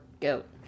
goat